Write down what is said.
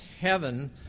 heaven